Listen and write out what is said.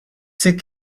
sick